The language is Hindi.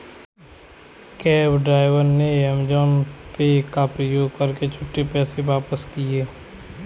कैब ड्राइवर ने अमेजॉन पे का प्रयोग कर छुट्टे पैसे वापस किए